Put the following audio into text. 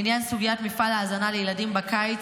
לעניין סוגיית מפעל ההזנה לילדים בקיץ,